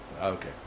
Okay